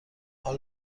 حال